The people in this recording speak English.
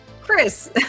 Chris